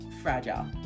fragile